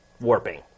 warping